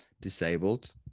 disabled